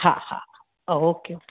हा हा हा ओके ओके